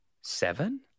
seven